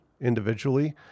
individually